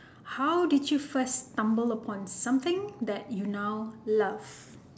how did you first stumble upon something that you now love